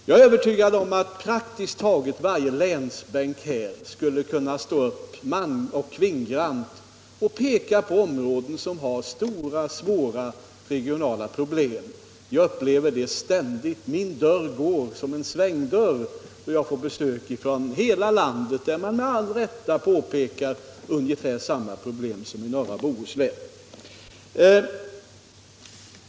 Jag är övertygad om att man på praktiskt taget varje länsbänk i kammaren skulle kunna ställa sig upp manoch kvinngrant och peka på områden som har stora och svåra regionala problem. Jag upplever det ständigt. Min dörr är som en svängdörr med besökare från hela landet, som med all rätt pekar på ungefär samma problem som de som ni har i Bohuslän.